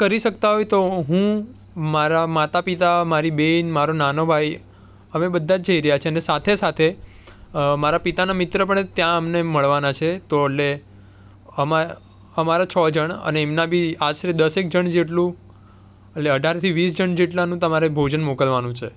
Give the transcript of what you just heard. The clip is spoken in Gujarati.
કરી શકતા હોય તો હું મારા માતા પિતા મારી બહેન મારો નાનો ભાઈ અમે બધાં જ જઈ રહ્યાં છીએ અને સાથે સાથે મારા પિતાના મિત્ર પણ ત્યાં અમને મળવાના છે તો એટલે અમાં અમારા છ જણ અને એમના બી આશરે દસેક જણ જેટલું એટલે અઢારથી વીસ જણ જેટલાનું તમારે ભોજન મોકલવાનું છે